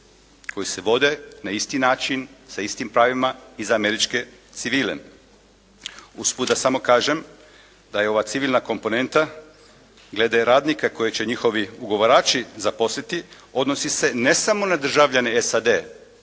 koji se vode na isti način sa istim pravima i za američke civile. Usput da samo kažem da je ova civilna komponenta glede radnika koje će njihovi ugovarači zaposliti odnosi se ne samo na državljane SAD-a